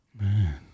man